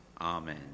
Amen